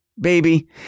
baby